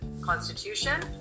constitution